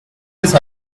his